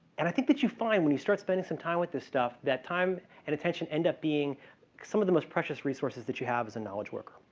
and i think that you'll find when you start spending some time with this stuff that time and attention end up being some of the most precious resources that you have as a knowledge worker.